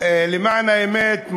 למען האמת,